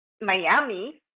Miami